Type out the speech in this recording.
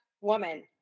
woman